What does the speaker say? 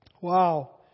Wow